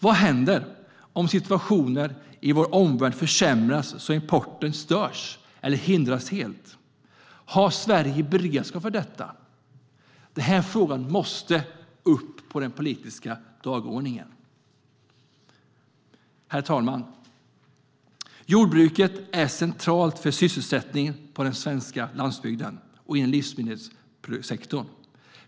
Vad händer om läget i vår omvärld försämras så att importen störs eller hindras helt? Har Sverige beredskap för detta? Frågan måste upp på den politiska dagordningen. Herr talman! Jordbruket är centralt för sysselsättningen på den svenska landsbygden och i livsmedelssektorn.